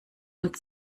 und